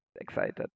excited